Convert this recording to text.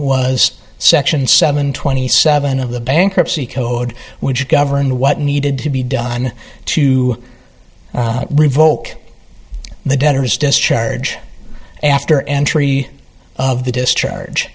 was section seven twenty seven of the bankruptcy code which governed what needed to be done to revoke the debtors discharge after entry of the discharge